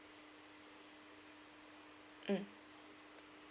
mm